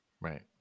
Right